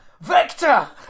Vector